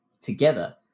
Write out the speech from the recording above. together